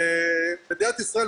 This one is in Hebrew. ומדינת ישראל,